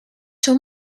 two